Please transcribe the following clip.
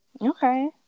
Okay